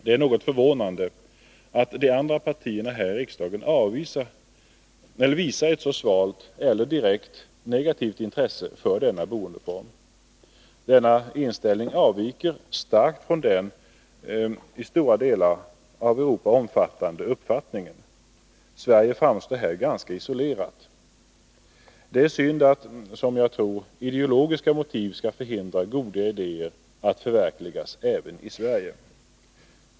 Det är något förvånande att de andra partierna här i riksdagen visar ett så svalt eller direkt negativt intresse för denna boendeform. Den inställningen avviker starkt från den i stora delar av Europa omfattade meningen. Sverige framstår här som ganska isolerat. Det är synd att, som jag tror, ideologiska motiv skall förhindra goda idéer att förverkligas även i Sverige.